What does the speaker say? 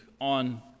on